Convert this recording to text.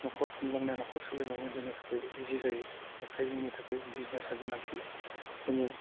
नख'र खुंलांनो नख'र सोलिलांनो जोंनि थाखाय इजि जायो बेखाय जोंनि थाखाय बिजनेसा गोनांथि जोङो